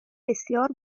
بسیار